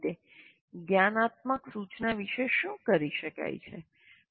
સામાન્ય રીતે જ્ઞાનાત્મક સૂચના વિશે શું કરી શકાય છે